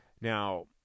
now